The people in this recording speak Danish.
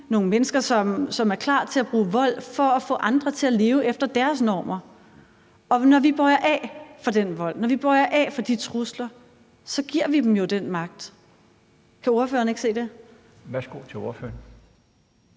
nogle regimer, som er klar til at bruge vold for at få andre til at leve efter deres normer, og når vi bøjer af for den vold, når vi bøjer af for de trusler, giver vi dem jo den magt. Kan ordføreren ikke se det? Kl. 21:42 Den